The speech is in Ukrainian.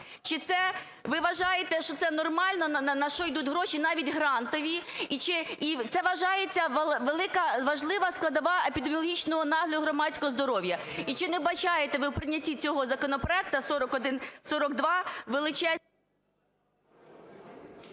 це ви вважаєте, що це нормально на що ідуть гроші, навіть грантові? І це вважається великою важливою складовою епідеміологічного нагляду громадського здоров'я? І чи не вбачаєте ви в прийнятті цього законопроекту 4142 величезні...?